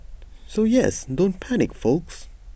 so yes don't panic folks